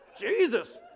Jesus